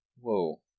Whoa